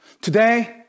Today